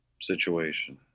situation